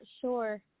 sure